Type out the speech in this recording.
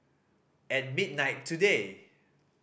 at midnight today